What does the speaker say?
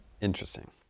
Interesting